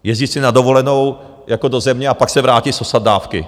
Jezdit si na dovolenou jako do země a pak se vrátit sosat dávky.